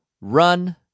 run